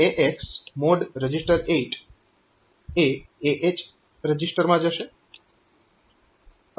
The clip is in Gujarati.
તો MOD એ AH રજીસ્ટરમાં જશે